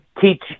teach